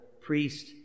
priest